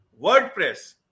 WordPress